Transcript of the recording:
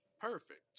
perfect